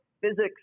physics